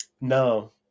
no